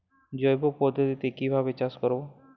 জৈব পদ্ধতিতে কিভাবে চাষ করব?